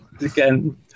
again